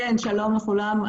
שלום לכולם,